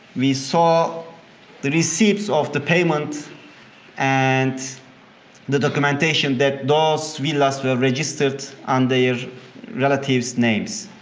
we saw the receipts of the payment and the documentation that those villas were registered under other relatives names.